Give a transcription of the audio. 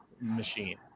machine